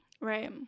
Right